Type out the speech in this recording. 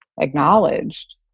acknowledged